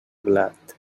blat